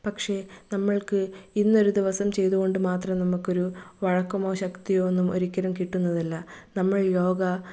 പക്ഷെ നമ്മൾക്ക് ഇന്നൊരു ദിവസം ചെയ്തതുകൊണ്ട് മാത്രം നമുക്കൊരു വഴക്കമോ ശക്തിയോ ഒന്നും ഒരിക്കലും കിട്ടുന്നതല്ല നമ്മൾ യോഗ